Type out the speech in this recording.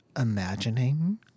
Imagining